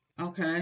Okay